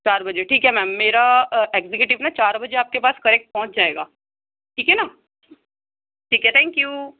چار بجے ٹھیک ہے میم میرا ایگزیکیٹیو نا چار بجے آپ کے پاس کریکٹ پہنچ جائے گا ٹھیک ہے نا ٹھیک ہے ٹھینک یو